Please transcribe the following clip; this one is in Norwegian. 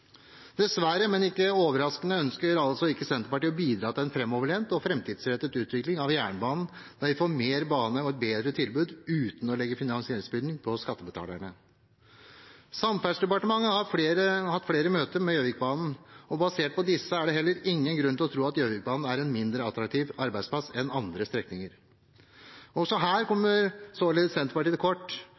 Dessverre, men ikke overraskende, ønsker altså ikke Senterpartiet å bidra til en fremoverlent og fremtidsrettet utvikling av jernbanen der vi får mer bane og et bedre tilbud uten å legge finansieringsbyrden på skattebetalerne. Samferdselsdepartementet har hatt flere møter med Gjøvikbanen, og basert på disse er det heller ingen grunn til å tro at Gjøvikbanen er en mindre attraktiv arbeidsplass enn andre strekninger. Også her kommer således Senterpartiet til kort.